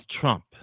trump